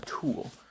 tool